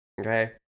Okay